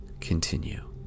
continue